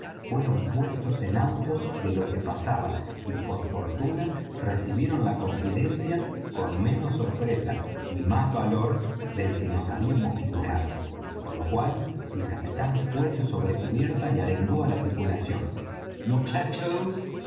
fueron puestos en autos de lo que pasaba y por fortuna recibieron la confidencia con menos sorpresa y más valor del que nos habíamos figurado con lo cual el capitán fuese sobre cubierta y arengó á la tripulación muchachos